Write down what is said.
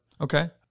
Okay